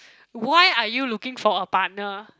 why are you looking for a partner